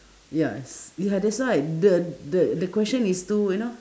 yes ya that's why the the the question is too you know